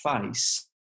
face